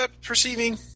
Perceiving